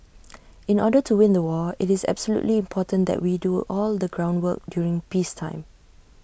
in order to win the war IT is absolutely important that we do all the groundwork during peacetime